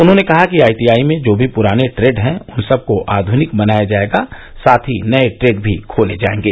उन्होंने कहा कि आईटीआई में जो भी प्राने ट्रेड हैं उन सब को आध्निक बनाया जायेगा साथ ही नये ट्रेड भी खोले जायेंगे